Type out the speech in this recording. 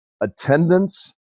attendance